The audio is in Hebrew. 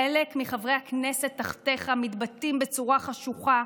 חלק מחברי הכנסת תחתיך מתבטאים בצורה חשוכה,